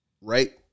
right